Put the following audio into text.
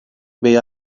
veya